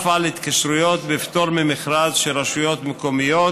התקשרויות בפטור ממכרז של רשויות מקומיות,